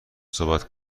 صحبت